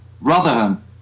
Rotherham